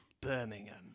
Birmingham